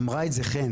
אמרה את זה חן,